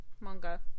Manga